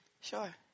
Sure